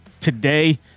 today